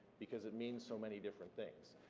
because it means so many different things.